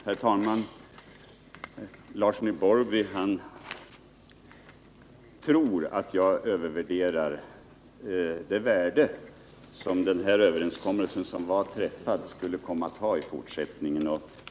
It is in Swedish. Herr talman! Einar Larsson i Borrby tror att jag överskattar det värde som den överenskommelse som redan träffats skulle komma att ha i fortsättningen.